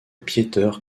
pieter